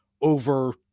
over